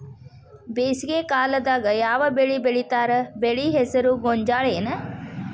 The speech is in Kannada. ಬೇಸಿಗೆ ಕಾಲದಾಗ ಯಾವ್ ಬೆಳಿ ಬೆಳಿತಾರ, ಬೆಳಿ ಹೆಸರು ಗೋಂಜಾಳ ಏನ್?